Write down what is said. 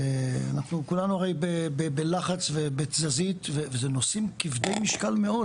כולנו הרי בלחץ ובתזזית ואלו נושאים כבדי משקל מאוד.